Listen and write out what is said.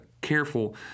careful